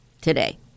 today